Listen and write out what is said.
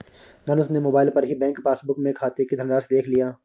धनुष ने मोबाइल पर ही बैंक पासबुक में खाते की धनराशि देख लिया